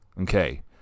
Okay